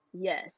yes